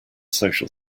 social